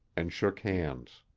and shook hands.